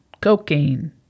cocaine